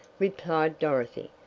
replied dorothy.